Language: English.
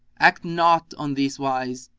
act not on this wise,